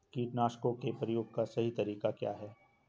कीटनाशकों के प्रयोग का सही तरीका क्या है?